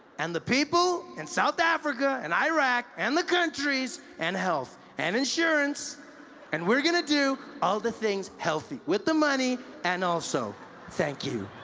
and the people in south africa and iraq and the countries and health, and insurance and we are going to do all the things healthy, with the money and also thank you